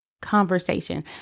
conversation